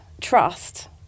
trust